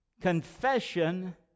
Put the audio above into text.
confession